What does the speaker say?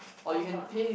orh got